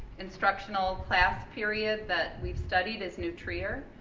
instructional class period that we've studied is new trier.